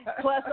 plus